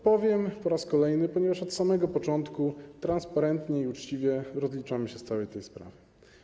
Powiem to po raz kolejny, ponieważ od samego początku transparentnie i uczciwie rozliczamy się z całej tej sprawy.